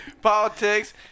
politics